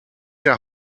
der